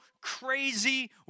crazy